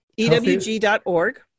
ewg.org